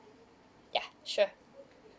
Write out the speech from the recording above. ya sure